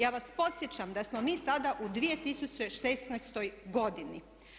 Ja vas podsjećam da smo mi sada u 2016. godini.